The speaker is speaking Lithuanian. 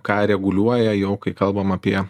ką reguliuoja jau kai kalbam apie